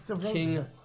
King